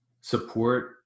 support